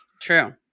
True